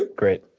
ah great.